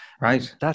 Right